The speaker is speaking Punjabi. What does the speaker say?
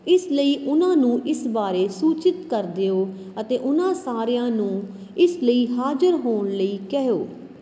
ਇਸ ਲਈ ਉਹਨਾਂ ਨੂੰ ਇਸ ਬਾਰੇ ਸੂਚਿਤ ਕਰ ਦਿਓ ਅਤੇ ਉਹਨਾਂ ਸਾਰਿਆਂ ਨੂੰ ਇਸ ਲਈ ਹਾਜ਼ਰ ਹੋਣ ਲਈ ਕਹਿ ਓ